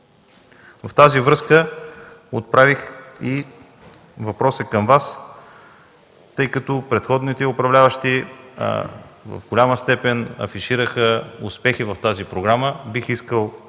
В тази връзка отправих и въпроса към Вас, тъй като предходните управляващи в голяма степен афишираха успехи в тази програма. Бих искал